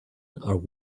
are